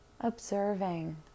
observing